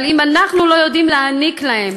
אבל אם אנחנו לא יודעים לתת להם